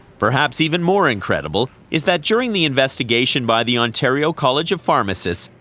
perhaps even more incredible is that during the investigation by the ontario college of pharmacists,